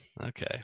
Okay